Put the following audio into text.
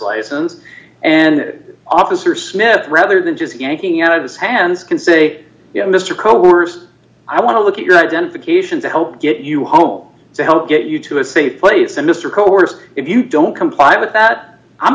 license and that officer smith rather than just yanking out of his hands can say you know mr coerced i want to look at your identification to help get you home to help get you to a safe place and mr coerce if you don't comply with that i'm